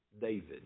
David